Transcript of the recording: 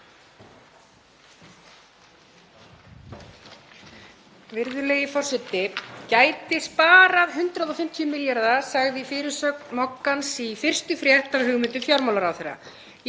Virðulegi forseti. „Gæti sparað 150 milljarða“, sagði í fyrirsögn Moggans í fyrstu frétt af hugmyndum fjármálaráðherra.